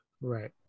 Right